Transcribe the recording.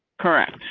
correct.